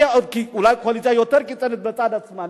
אולי קואליציה יותר קיצונית בצד השמאלי,